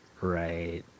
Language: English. Right